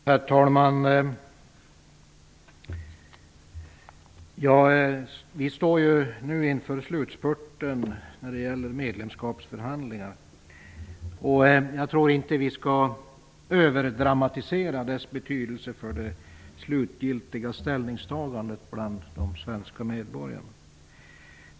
Herr talman! Vi står nu inför slutspurten i medlemskapsförhandlingarna. Jag tror inte att vi skall överdramatisera deras betydelse för det slutgiltiga ställningstagande bland de svenska medborgarna.